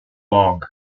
long